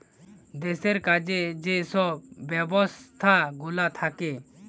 দেশের কাজে যে সব ব্যবস্থাগুলা থাকে